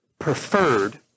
preferred